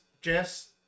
Jess